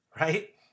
Right